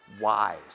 wise